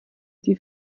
die